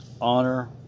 Honor